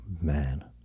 Man